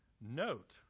Note